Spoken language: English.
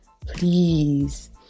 please